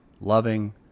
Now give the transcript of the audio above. loving